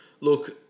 look